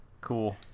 Cool